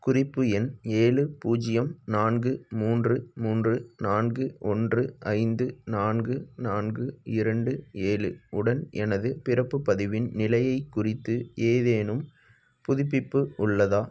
குறிப்பு எண் ஏழு பூஜ்ஜியம் நான்கு மூன்று மூன்று நான்கு ஒன்று ஐந்து நான்கு நான்கு இரண்டு ஏழு உடன் எனதுப் பிறப்புப் பதிவின் நிலையைக் குறித்து ஏதேனும் புதுப்பிப்பு உள்ளதா